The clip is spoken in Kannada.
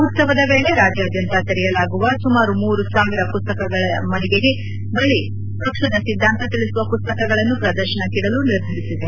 ಉತ್ತವದ ವೇಳೆ ರಾಜ್ಯಾದ್ಗಂತ ತೆರೆಯಲಾಗುವ ಸುಮಾರು ಮೂರು ಸಾವಿರ ಮಸ್ತಕಗಳ ಮಳಿಗೆ ಬಳಿ ಪಕ್ಷದ ಸಿದ್ದಾಂತ ತಿಳಿಸುವ ಪುಸ್ತಕಗಳನ್ನು ಪ್ರದರ್ಶನಕ್ಕಿಡಲು ನಿರ್ಧರಿಸಿದೆ